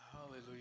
Hallelujah